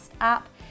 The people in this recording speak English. app